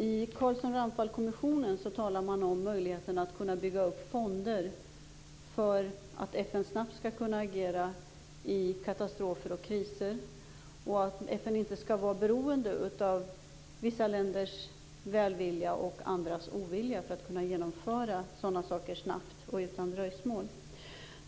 I Carlsson-Ramphal-kommissionen talar man om möjligheterna att bygga upp fonder för att FN snabbt skall kunna agera i katastrofer och kriser. FN skall inte behöva vara beroende av vissa länders välvilja och andras ovilja för att kunna genomföra saker snabbt och utan dröjsmål.